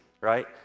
right